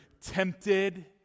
tempted